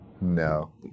no